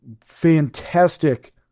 fantastic